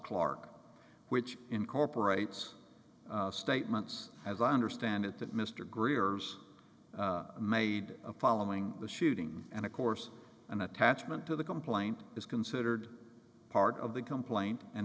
clark which incorporates statements as i understand it that mr greer made a following the shooting and of course an attachment to the complaint is considered part of the complaint